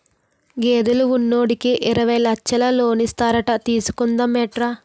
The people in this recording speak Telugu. గేదెలు ఉన్నోడికి యిరవై లచ్చలు లోనిస్తారట తీసుకుందా మేట్రా